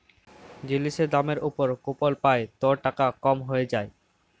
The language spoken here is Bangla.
জিলিসের দামের উপর কুপল পাই ত টাকা কম হ্যঁয়ে যায়